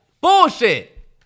Bullshit